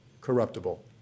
corruptible